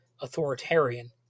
authoritarian